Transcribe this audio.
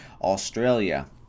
Australia